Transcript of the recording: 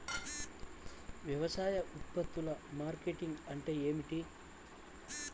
వ్యవసాయ ఉత్పత్తుల మార్కెటింగ్ అంటే ఏమిటి?